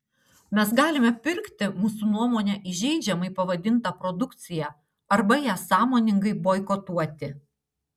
mes galime pirkti mūsų nuomone įžeidžiamai pavadintą produkciją arba ją sąmoningai boikotuoti